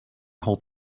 whole